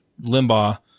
Limbaugh